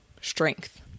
strength